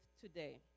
today